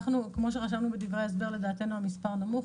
כמו שרשמנו בדברי ההסבר, לדעתנו המספר נמוך.